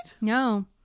no